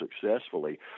successfully